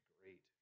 great